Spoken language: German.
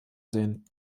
sehen